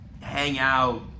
hangout